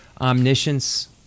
omniscience